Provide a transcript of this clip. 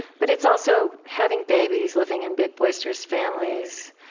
but it's also having babies, living in big, boisterous families,